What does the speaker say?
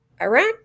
iraq